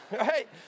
Right